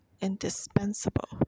indispensable